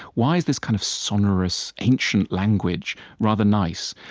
why is this kind of sonorous ancient language rather nice?